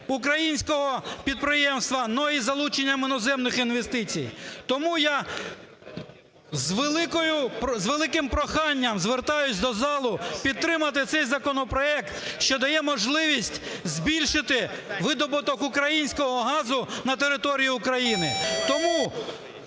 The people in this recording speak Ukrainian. українського підприємства, але із залученням іноземних інвестицій. Тому я з великим проханням звертаюсь до залу підтримати цей законопроект, що дає можливість збільшити видобуток українського газу на території України.